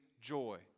joy